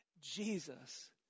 Jesus